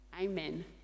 Amen